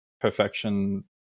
perfection